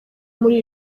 muri